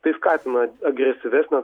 tai skatina agresyvesnę